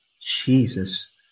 Jesus